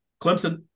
Clemson